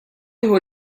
nieħu